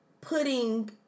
putting